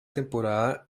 temporada